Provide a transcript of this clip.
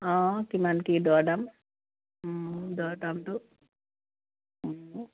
অঁ কিমান কি দৰ দাম দৰ দামটো